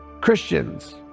Christians